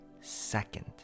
second